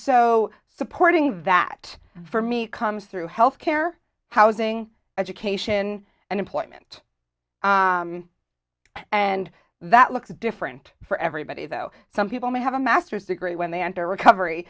so supporting that for me comes through health care housing education and employment and that looks different for everybody though some people may have a master's degree when they enter recovery